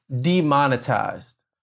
demonetized